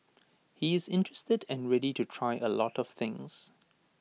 he is interested and ready to try A lot of things